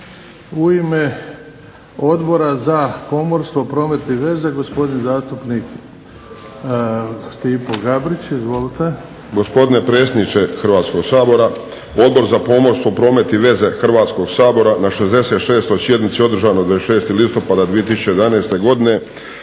U ime Odbora za pomorstvo, promet i veze gospodin zastupnik Stipo Gabrić. Izvolite. **Gabrić, Stipo (HSS)** Gospodine predsjedniče Hrvatskog sabora Odbor za pomorstvo, promet i veze Hrvatskog sabora na 66. sjednici održanoj 26. listopada 2011. godine